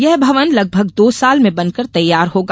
यह भवन लगभग दो साल में बनकर तैयार होगा